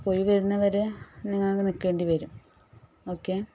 പോയി വരുന്നത് വരെ നിങ്ങളൊന്ന് നിൽക്കേണ്ടി വരും ഓക്കേ